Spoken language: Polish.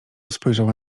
spojrzała